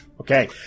Okay